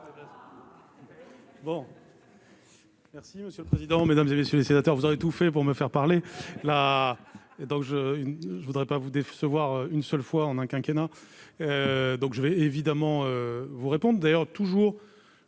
Merci monsieur le président, Mesdames et messieurs les sénateurs, vous avez tout fait pour me faire parler, là, donc je ne voudrais pas vous décevoir une seule fois en un quinquennat donc je vais évidemment vous répondent